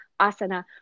asana